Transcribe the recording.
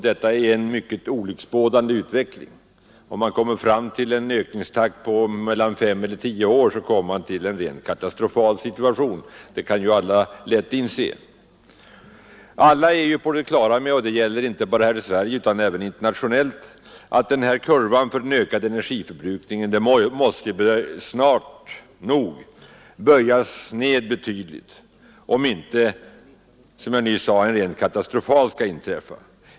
Detta är en mycket olycksbådande utveckling. Ökningstakten om man ser 5—10 år framåt kommer med oförändrad utveckling att leda till en katastrofal situation. Det kan alla lätt inse. Alla är på det klara med — det gäller inte bara Sverige utan även internationellt — att ökningskurvan för energiförbrukningen snart nog måste böjas ned betydligt, om inte som jag nyss sade något rent katastrofalt skall inträffa.